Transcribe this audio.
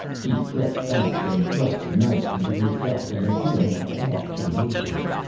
he crept back, and thrust the knife into his belt, and a feeling of awe came over him.